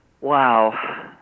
Wow